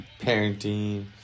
parenting